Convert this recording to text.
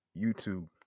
YouTube